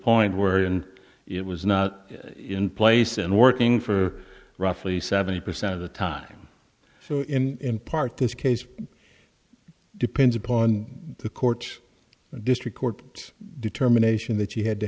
point where even it was not in place and working for roughly seventy percent of the time so in part this case depends upon the court district court determination that you had to